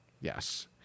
Yes